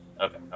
Okay